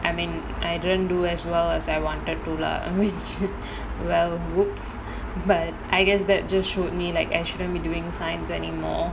I mean I didn't do as well as I wanted to lah which well !oops! but I guess that just showed me like I shouldn't be doing science anymore